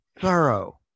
thorough